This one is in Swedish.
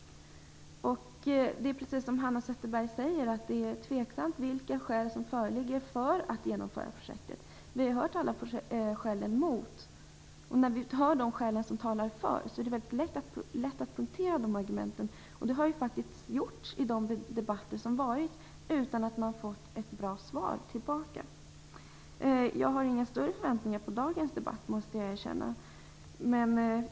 Det är, precis som Hanna Zetterberg säger, tveksamt vilka skäl som föreligger för att genomföra projektet. Vi har hört alla skäl emot. När vi hör de skäl som talar för projektet är det väldigt lätt att punktera argumenten. Det har faktiskt gjorts i de debatter som har hållits utan att man har fått ett bra svar tillbaka. Jag har inga större förväntningar på dagens debatt, måste jag erkänna.